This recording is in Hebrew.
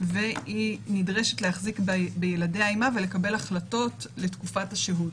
והיא נדרשת להחזיק בילדיה עמה ולקבל החלטות לתקופת השהות.